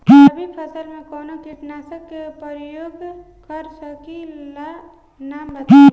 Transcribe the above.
रबी फसल में कवनो कीटनाशक के परयोग कर सकी ला नाम बताईं?